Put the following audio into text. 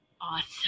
Awesome